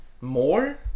more